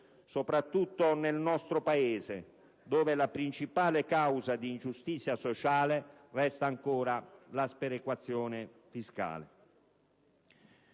soprattutto nel nostro Paese, dove la principale causa di ingiustizia sociale resta ancora la sperequazione fiscale.